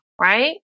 Right